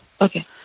Okay